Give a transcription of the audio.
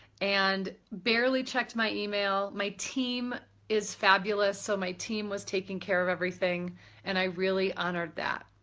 and barely checked my email. my team is fabulous so my team was taking care of everything and i really honored that.